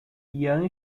yan